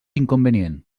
inconvenient